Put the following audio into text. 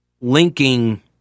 linking